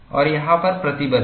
और यहां पर प्रतिबल है